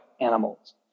animals